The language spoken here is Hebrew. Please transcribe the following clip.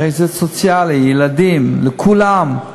הרי זה סוציאלי, ילדים, לכולם,